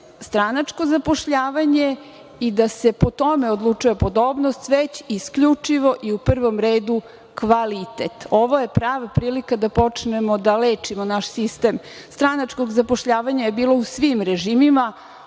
stranačko zapošljavanje i da se po tome odlučuje podobnost, već isključivo i u prvom redu kvalitet. Ovo je prava prilika da počnemo da lečimo naš sistem. Stranačkog zapošljavanja je bilo u svim režimima,